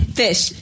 fish